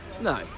No